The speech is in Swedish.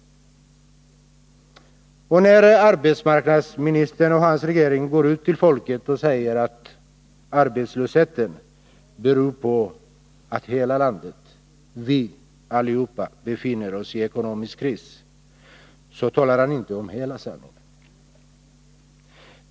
När arbetsmarknadsministern och hans regering går ut till folket och säger att arbetslösheten beror på att vi — hela landet — befinner oss i en ekonomisk kris talar han inte om hela sanningen.